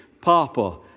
Papa